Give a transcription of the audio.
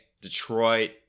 Detroit